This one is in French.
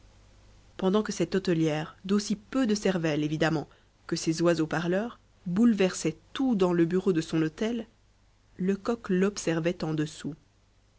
pendant que cette hôtelière d'aussi peu de cervelle évidemment que ses oiseaux parleurs bouleversait tout dans le bureau de son hôtel lecoq l'observait